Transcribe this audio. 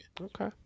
Okay